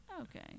Okay